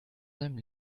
seinem